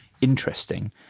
interesting